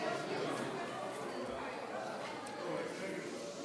חוק לתיקון פקודת מס הכנסה (מס' 230),